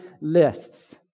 lists